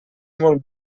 molt